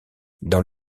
dans